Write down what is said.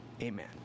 amen